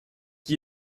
qui